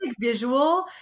visual